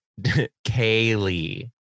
Kaylee